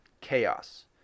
Chaos